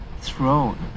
throne